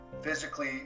physically